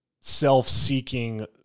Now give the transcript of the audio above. self-seeking